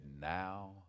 Now